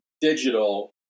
digital